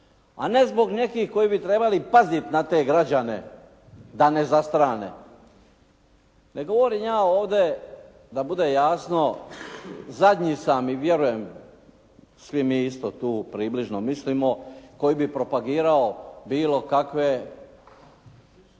A ne zbog nekih koji bi trebali paziti na te građane da ne zastrane. Ne govorim ja ovdje da bude jasno zadnji sam i vjerujem svi mi isto tu približno mislimo koji bi propagirao bilo kakve